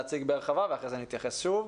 להציג בהרחבה ואחרי זה אני אתייחס שוב.